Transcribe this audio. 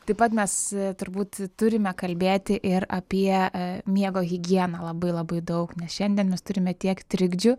taip pat mes turbūt turime kalbėti ir apie miego higieną labai labai daug nes šiandien mes turime tiek trikdžių